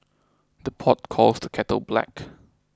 the pot calls the kettle black